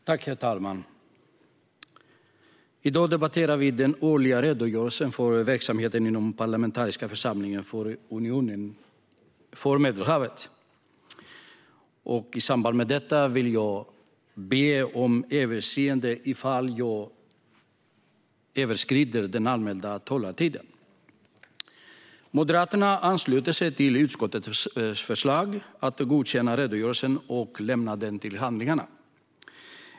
Herr talman! I dag debatterar vi den årliga redogörelsen för verksamheten inom den parlamentariska församlingen för Unionen för Medelhavet. Jag vill be om överseende ifall jag överskrider den anmälda talartiden. Moderaterna ansluter sig till utskottets förslag att godkänna redogörelsen och lägga den till handlingarna.